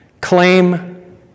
Claim